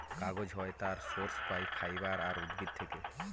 কাগজ হয় তার সোর্স পাই ফাইবার আর উদ্ভিদ থেকে